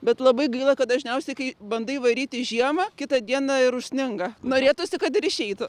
bet labai gaila kad dažniausiai kai bandai varyti žiemą kitą dieną ir užsninga norėtųsi kad ir išeitų